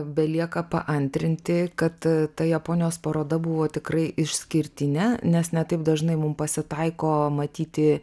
belieka paantrinti kad ta japonijos paroda buvo tikrai išskirtinė nes ne taip dažnai mum pasitaiko matyti